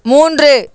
மூன்று